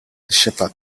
shepherd